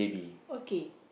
okay